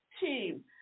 team